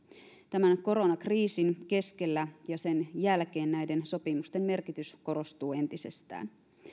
tämän koronakriisin keskellä ja sen jälkeen näiden sopimusten merkitys korostuu entisestään